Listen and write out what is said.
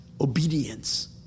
obedience